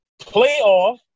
playoff